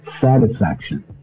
satisfaction